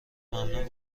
ممنون